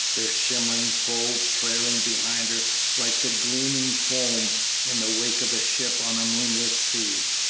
their shimmering folds trailing behind her like the gleaming foam in the wake of a ship on a moonlit sea,